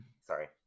Sorry